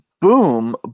boom